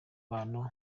bantu